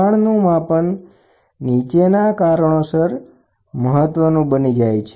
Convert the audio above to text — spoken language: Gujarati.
દબાણનું માપન નીચેના કારણોસર મહત્વનું બની જાય છે